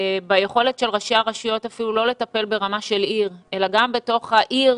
ביכולת של ראשי הרשויות אפילו לא לטפל ברמה של עיר אלא גם בתוך העיר.